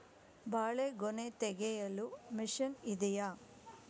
ಬಾಳೆಗೊನೆ ತೆಗೆಯಲು ಮಷೀನ್ ಇದೆಯಾ?